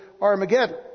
Armageddon